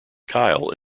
kyle